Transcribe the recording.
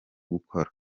gukora